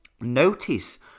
notice